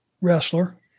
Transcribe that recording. wrestler